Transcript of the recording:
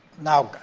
now,